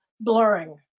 blurring